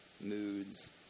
moods